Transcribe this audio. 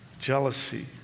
jealousy